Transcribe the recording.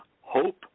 Hope